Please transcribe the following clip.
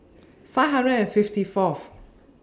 five hundred and fifty Fourth